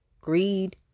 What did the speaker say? greed